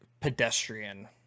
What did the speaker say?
pedestrian